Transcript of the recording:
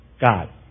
God